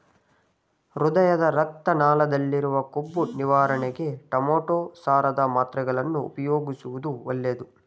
ಹೃದಯದ ರಕ್ತ ನಾಳದಲ್ಲಿರುವ ಕೊಬ್ಬು ನಿವಾರಣೆಗೆ ಟೊಮೆಟೋ ಸಾರದ ಮಾತ್ರೆಗಳನ್ನು ಉಪಯೋಗಿಸುವುದು ಒಳ್ಳೆದು